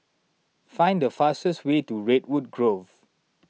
find the fastest way to Redwood Grove